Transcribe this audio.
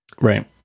Right